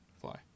fly